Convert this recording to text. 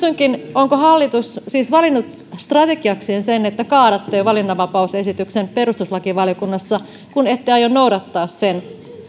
onko hallitus siis valinnut strategiakseen sen että kaadatte valinnanvapausesityksen perustuslakivaliokunnassa kun ette aio noudattaa sen